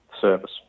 service